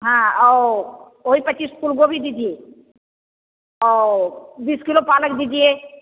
हाँ और वही पच्चीस फूल गोभी दीजिए और बीस किलो पालक दीजिए